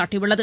சாட்டியுள்ளது